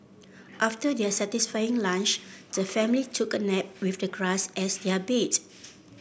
after their satisfying lunch the family took a nap with the grass as their bed